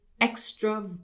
extra